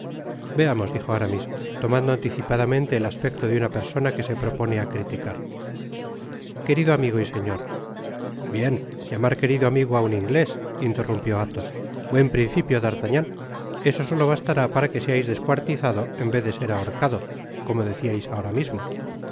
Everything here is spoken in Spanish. veamos dijo aramis tomando anticipadamente el aspecto de una persona que se propone criticar querido amigo y señor bien i llamar querido amigo á un inglés interrumpió athos buen principio d'artagnan eso solo bastará para que seais descuartizado en vez de ser ahorcado como deciais ahora mismo